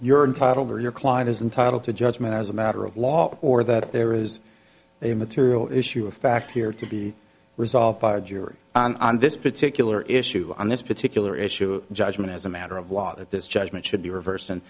you're entitled to your client is entitle to judgment as a matter of law or that there is a material issue of fact here to be resolved by a jury on this particular issue on this particular issue of judgment as a matter of law that this judgment should be reversed and